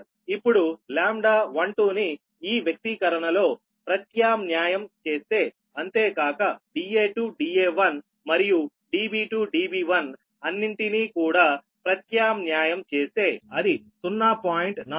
ఇప్పుడు λ12 ని ఈ వ్యక్తీకరణలో ప్రత్యామ్న్యాయం చేస్తే అంతేకాక Da2 Da1 మరియు Db2 Db1 అన్నింటినీ కూడా ప్రత్యామ్న్యాయం చేస్తే అది 0